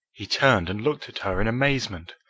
he turned and looked at her in amazement.